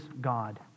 God